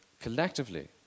collectively